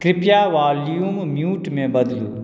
कृपया volume mute मे बदलू